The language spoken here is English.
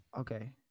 Okay